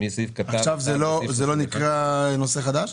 מסעיף 31. זה לא נקרא נושא חדש?